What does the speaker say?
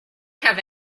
have